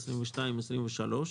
22 ו-23.